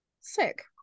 sick